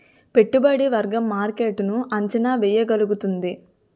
పెట్టుబడి వర్గం మార్కెట్ ను అంచనా వేయగలుగుతుంది